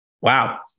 Wow